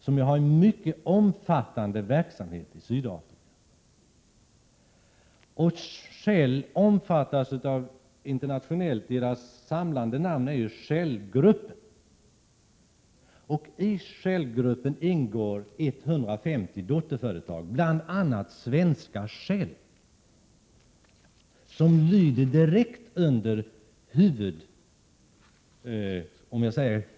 Shell bedriver en mycket omfattande verksamhet i Sydafrika. Det samlande namnet på koncernen är Shellgruppen. I denna grupp ingår 150 dotterföretag, bl.a. Svenska Shell. Svenska Shell lyder direkt under Shellgruppen.